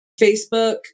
Facebook